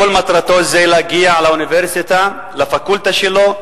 כל מטרתו להגיע לאוניברסיטה, לפקולטה שלו,